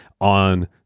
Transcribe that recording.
on